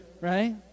right